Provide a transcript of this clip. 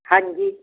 ਹਾਂਜੀ